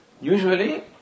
usually